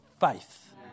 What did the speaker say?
faith